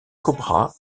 cobra